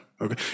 Okay